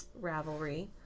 Ravelry